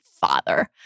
father